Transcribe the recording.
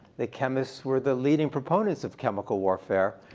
the chemists were the leading proponents of chemical warfare.